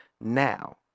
now